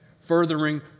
furthering